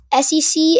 SEC